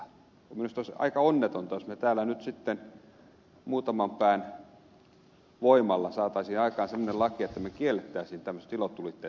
minusta olisi aika onnetonta jos täällä nyt sitten muutaman pään voimalla saataisiin aikaan semmoinen laki että kiellettäisiin tämmöiset ilotulitteet